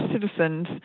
citizens